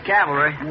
Cavalry